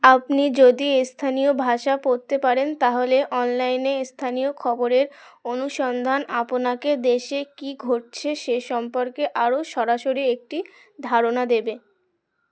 আপনি যদি স্থানীয় ভাষা পততে পারেন তাহলে অনলাইনে এস্থানীয় খবরের অনুসন্ধান আপনাকে দেশে কি ঘটছে সে সম্পর্কে আরও সরাসরি একটি ধারণা দেবে